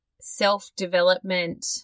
self-development